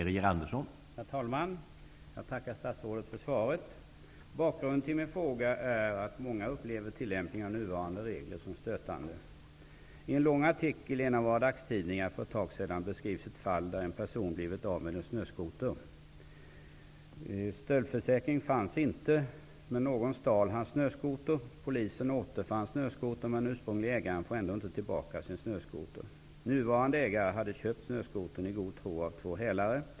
Herr talman! Jag tackar statsrådet för svaret. Bakgrunden till min fråga är att många upplever tillämpningen av nuvarande regler som stötande. I en lång artikel i en av våra dagstidningar för ett tag sedan beskrivs ett fall där en person har blivit av med en snöskoter. Stöldförsäkring fanns inte, men någon stal hans snöskoter. Polisen återfann snöskotern, men den ursprunglige ägaren får ändå inte tillbaka sin snöskoter. Nuvarande ägare hade köpt snöskotern i god tro av två hälare.